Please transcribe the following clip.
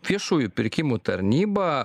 viešųjų pirkimų tarnyba